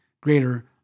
greater